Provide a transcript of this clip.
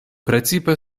precipe